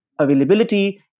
availability